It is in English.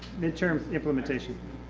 midterm implementation.